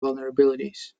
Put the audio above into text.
vulnerabilities